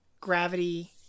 Gravity